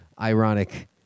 ironic